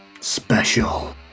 Special